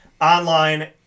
online